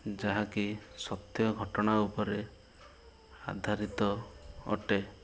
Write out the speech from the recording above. ଯାହାକି ସତ୍ୟ ଘଟଣା ଉପରେ ଆଧାରିତ ଅଟେ